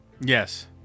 Yes